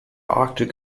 arctic